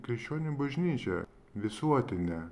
krikščionių bažnyčia visuotinė